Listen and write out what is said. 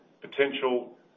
potential